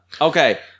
Okay